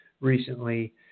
recently